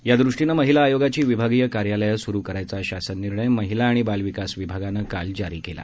यादूष्टीनं महिला आयोगाची विभागीय कार्यालयं स्रु करायचा शासन निर्णय महिला आणि बालविकास विभागानं काल जारी केला